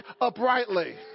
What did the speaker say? uprightly